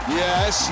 yes